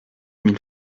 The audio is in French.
mille